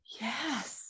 Yes